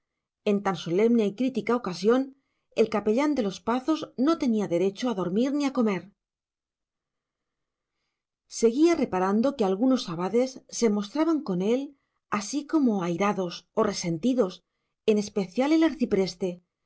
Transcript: en tan solemne y crítica ocasión el capellán de los pazos no tenía derecho a dormir ni a comer seguía reparando que algunos abades se mostraban con él así como airados o resentidos en especial el